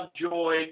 joy